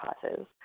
classes